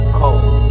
cold